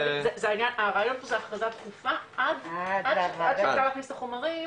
הרעיון הוא הכרזה דחופה עד שאפשר להכניס את החומרים